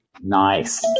Nice